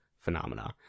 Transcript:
phenomena